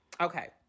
Okay